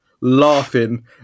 laughing